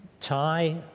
Thai